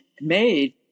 made